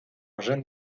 jeanne